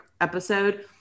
episode